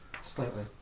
Slightly